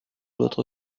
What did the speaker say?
votre